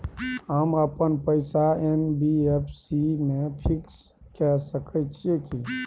हम अपन पैसा एन.बी.एफ.सी म फिक्स के सके छियै की?